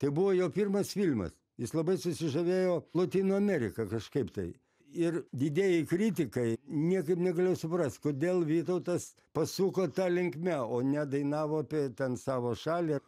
tai buvo jo pirmas filmas jis labai susižavėjo lotynų amerika kažkaip tai ir didieji kritikai niekaip negalėjau suprast kodėl vytautas pasuko ta linkme o ne dainavo apie ten savo šalį